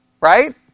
Right